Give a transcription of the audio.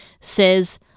says